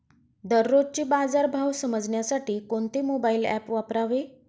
दररोजचे बाजार भाव समजण्यासाठी कोणते मोबाईल ॲप वापरावे?